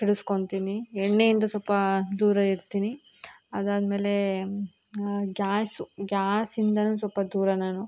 ಸಿಡಿಸ್ಕೊತಿನಿ ಎಣ್ಣೆಯಿಂದ ಸ್ವಲ್ಪ ದೂರ ಇರ್ತೀನಿ ಅದಾದಮೇಲೆ ಗ್ಯಾಸು ಗ್ಯಾಸಿಂದಲೂ ಸ್ವಲ್ಪ ದೂರ ನಾನು